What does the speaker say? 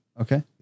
Okay